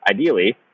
ideally